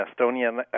estonian